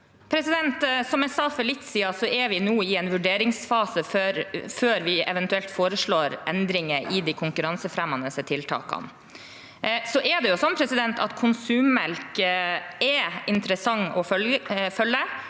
Som jeg sa for litt siden, er vi nå i en vurderingsfase før vi eventuelt foreslår endringer i de konkurransefremmende tiltakene. Markedet for konsummelk er interessant å følge.